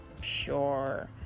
sure